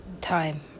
time